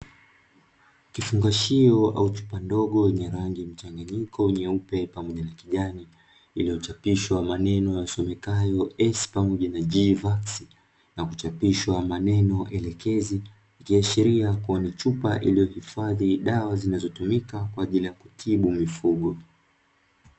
Kifungashio au chupa ndogo yenye rangi mchanganyiko nyeupe pamoja na kijani, iliyochapishwa maneno yasomekayo “S pamoja na Gvaksi” na ku chapishwa maneno elekezi, ikiashiria kuwa ni chupa iliyo hifadhi dawa zinazotumika kwa ajili ya kutibu mifugo.